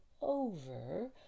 over